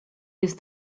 use